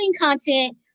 content